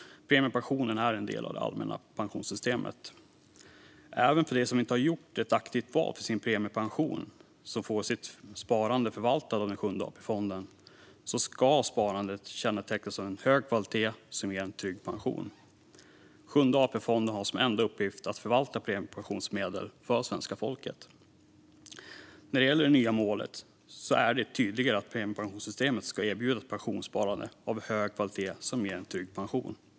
Premiepensionen är en del av det allmänna pensionssystemet. Även för dem som inte har gjort ett aktivt val för sin premiepension, som får sitt sparande förvaltat av Sjunde AP-fonden, ska sparandet kännetecknas av hög kvalitet som ger trygg pension. Sjunde AP-fonden har som enda uppgift att förvalta premiepensionsmedel för svenska folket. När det gäller det nya målet är det tydligare att premiepensionssystemet ska erbjuda ett pensionssparande av hög kvalitet som ger en trygg pension.